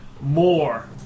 more